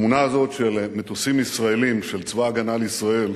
התמונה הזאת של מטוסים ישראלים של צבא-הגנה לישראל